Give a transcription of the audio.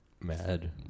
mad